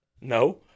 No